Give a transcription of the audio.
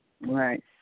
Right